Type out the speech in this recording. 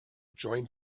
join